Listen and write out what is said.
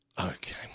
Okay